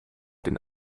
den